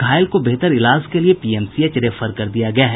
घायल को बेहतर इलाज के लिए पीएमसीएच रेफर कर दिया गया है